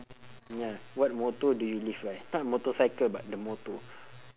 ya what motto do you live by not motorcycle but the motto